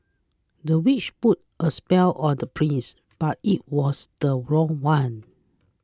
the witch put a spell on the prince but it was the wrong one